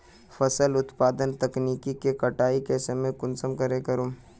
फसल उत्पादन तकनीक के कटाई के समय कुंसम करे करूम?